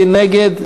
מי נגד?